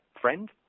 friend